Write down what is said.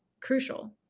crucial